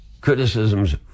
criticism's